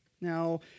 Now